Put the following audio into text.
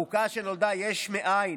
חוקה שנולדה יש מאין.